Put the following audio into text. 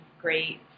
great